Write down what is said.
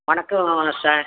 வணக்கம் சார்